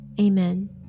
Amen